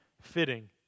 fitting